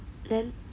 then then